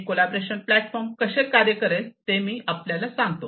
हे collaboration platform कसे कार्य करेल ते मी आपल्याला सांगते